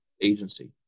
agency